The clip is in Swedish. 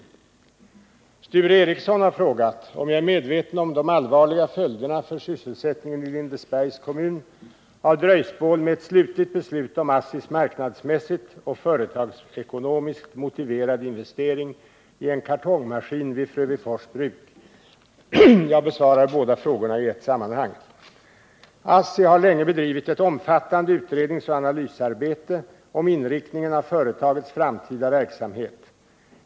Sture Ericson har frågat om jag är medveten om de allvarliga följderna för sysselsättningen i Lindesbergs kommun av dröjsmål med slutligt beslut om ASSI:s marknadsmässigt och företagsekonomiskt motiverade investering i en kartongmaskin vid Frövifors Bruk. Jag besvarar båda frågorna i ett sammanhang. ASSI har länge bedrivit ett omfattande utredningsoch analysarbete beträffande inriktningen av företagets framtida verksamhet.